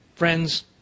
Friends